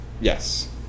Yes